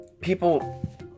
People